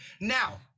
Now